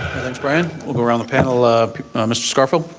brian. we'll go around the panel. ah mr. scarfo?